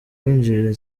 binjirira